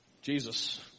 Jesus